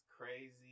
crazy